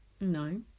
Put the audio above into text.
No